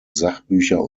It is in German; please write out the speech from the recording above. sachbücher